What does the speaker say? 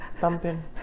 thumping